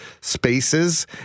spaces